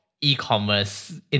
e-commerce